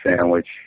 sandwich